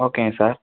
ஓகேங்க சார்